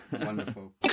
wonderful